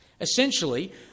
Essentially